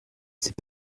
c’est